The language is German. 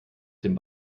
dem